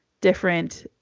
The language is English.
different